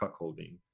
cuckolding